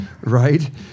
right